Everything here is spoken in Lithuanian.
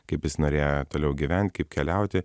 kaip jis norėjo toliau gyvent kaip keliauti